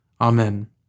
Amen